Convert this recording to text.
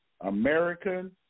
American